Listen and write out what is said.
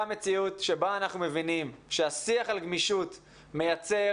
מציאות שבה אנחנו מבינים שהשיח על גמישות מייצר